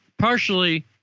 partially